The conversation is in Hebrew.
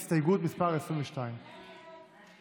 הסתייגות מס' 22. נמנעים,